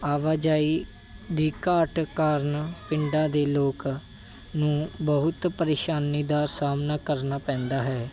ਆਵਾਜਾਈ ਦੀ ਘਾਟ ਕਾਰਨ ਪਿੰਡਾਂ ਦੇ ਲੋਕਾਂ ਨੂੰ ਬਹੁਤ ਪ੍ਰੇਸ਼ਾਨੀ ਦਾ ਸਾਹਮਣਾ ਕਰਨਾ ਪੈਂਦਾ ਹੈ